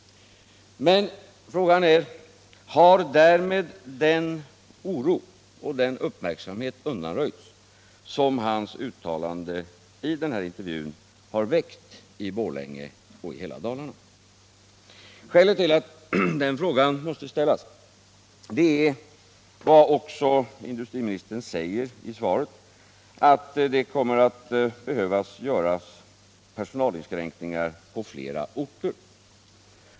Men frågan är: Har därmed den oro och den uppmärksamhet undanröjts som hans uttalande i intervjun har väckt i Borlänge och i hela Dalarna? Skälet till att den frågan måste ställas är, som också industriministern säger i svaret, att det kommer att behöva göras personalinskränkningar på flera orter.